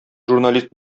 журналист